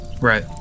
Right